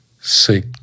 seek